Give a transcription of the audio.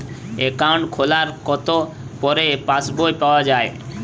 Account খোলার কতো পরে পাস বই পাওয়া য়ায়?